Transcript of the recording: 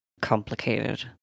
complicated